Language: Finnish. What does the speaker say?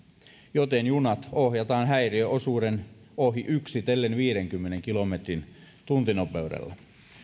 joten junat ohjataan häiriöosuuden ohi yksitellen viidenkymmenen kilometrin tuntinopeudella